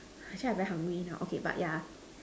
actually I very hungry now but okay but ya